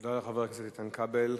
תודה לחבר הכנסת איתן כבל.